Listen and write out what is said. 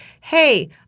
hey –